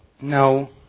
No